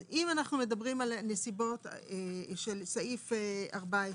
אם מדברים על נסיבות סעיף 14,